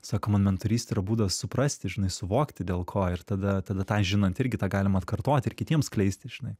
sako man mentorystė yra būdas suprasti žinai suvokti dėl ko ir tada tada tą žinant irgi tą galima atkartoti ir kitiems skleisti žinai